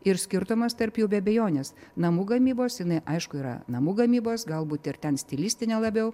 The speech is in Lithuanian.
ir skirtumas tarp jų be abejonės namų gamybos jinai aišku yra namų gamybos galbūt ir ten stilistinė labiau